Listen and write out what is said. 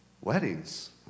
Weddings